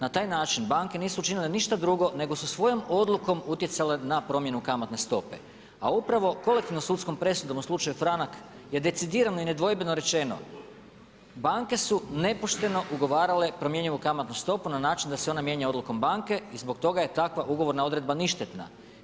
Na taj način banke nisu učinile ništa drugo nego su svojom odlukom utjecale na promjenu kamatne stope, a upravo kolektivnom sudskom presudom u slučaju franak je decidirano i nedvojbeno rečeno banke su nepošteno ugovarale promjenjivu kamatnu stopu na način da se ona mijenja odlukom banke i zbog toga je takva ugovorna odredba ništetna.